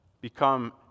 become